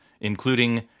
including